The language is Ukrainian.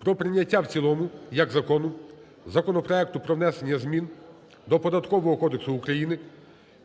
про прийняття в цілому як закону законопроекту про внесення змін до Податкового кодексу України